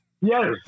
Yes